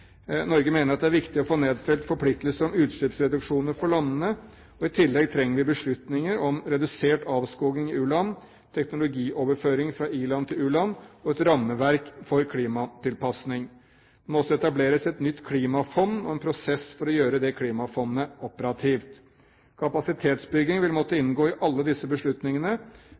Norge mener at det er viktig å få nedfelt forpliktelser om utslippsreduksjoner for landene. I tillegg trenger vi beslutninger om redusert avskoging i u-land, teknologioverføring fra i-land til u-land og et rammeverk for klimatilpasning. Det må også etableres et nytt klimafond og en prosess for å gjøre det klimafondet operativt. Kapasitetsbygging vil måtte inngå i alle disse beslutningene.